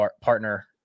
partner